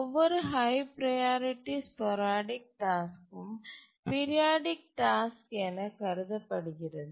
ஒவ்வொரு high priority sporadic டாஸ்க்கும் periodic task என கருதப்படுகிறது